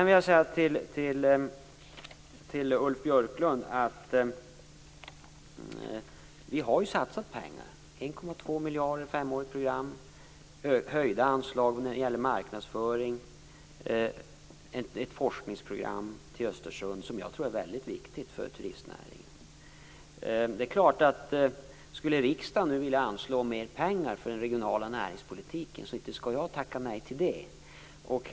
Till Ulf Björklund vill jag säga att vi ju har satsat pengar, 1,2 miljarder, femårigt program, höjda anslag när det gäller marknadsföring. Det är ett forskningsprogram till Östersund som jag tror är någonting väldigt viktigt för turistnäringen. Om riksdagen nu skulle vilja anslå mer pengar för den regionala näringspolitiken skall jag ju inte tacka nej till det.